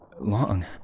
long